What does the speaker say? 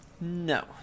no